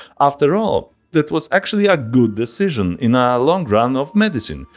after all, that was actually a good decision in a long run of medicine,